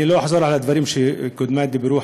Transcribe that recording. אני לא אחזור על הדברים שקודמי אמרו,